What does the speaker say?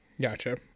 Gotcha